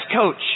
coach